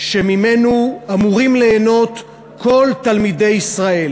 שממנו אמורים ליהנות כל תלמידי ישראל: